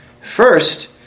first